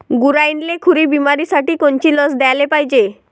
गुरांइले खुरी बिमारीसाठी कोनची लस द्याले पायजे?